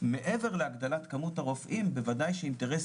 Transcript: מעבר להגדלת כמות הרופאים בוודאי שאינטרס